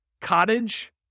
Cottage